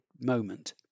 moment